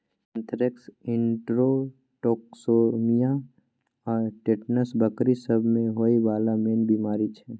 anthrax, enterotoxemia आ tetanus बकरी सब मे होइ बला मेन बेमारी छै